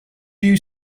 you